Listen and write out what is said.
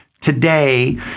Today